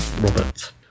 Robert